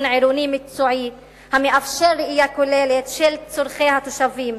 עירוני מקצועי המאפשר ראייה כוללת של צורכי התושבים,